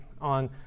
on